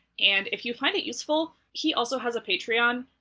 and if you find it useful, he also has a patreon,